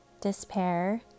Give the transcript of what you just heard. despair